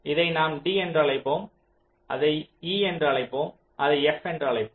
இதை நாம் d என்று அழைப்போம் அதை e என்று அழைப்போம் அதை f என்று அழைப்போம்